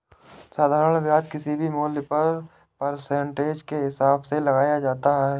साधारण ब्याज किसी भी मूल्य पर परसेंटेज के हिसाब से लगाया जाता है